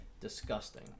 disgusting